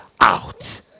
out